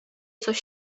coś